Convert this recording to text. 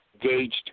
gauged